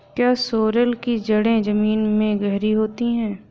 क्या सोरेल की जड़ें जमीन में गहरी होती हैं?